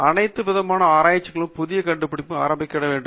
அனைத்து விதமான ஆராய்ச்சிகளும் ஒரு புதிய கண்டுபிடிப்பால் ஆராயப்பட வேண்டும்